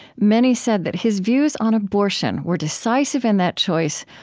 many said that his views on abortion were decisive in that choice,